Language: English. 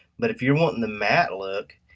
but if you're wanting the matte look,